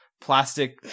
plastic